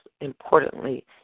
Importantly